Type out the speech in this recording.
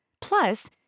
Plus